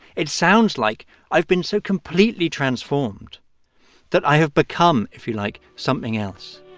it sounds like i've been so completely transformed that i have become if you like something else.